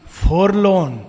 forlorn